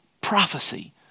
prophecy